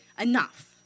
enough